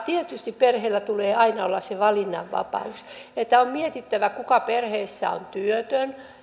tietysti perheillä tulee aina olla se valinnanvapaus on mietittävä kuka perheessä on työtön